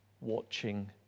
watching